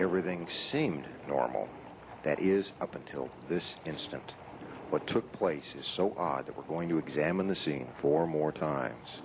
everything seemed normal that is up until this instant what took place is so odd that we're going to examine the scene four more times